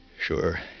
Sure